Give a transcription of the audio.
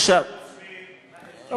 ועדיין אתה לא אומר כלום,